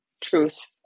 truth